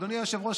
אדוני היושב-ראש,